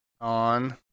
on